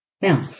Now